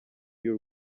y’u